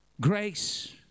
grace